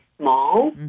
small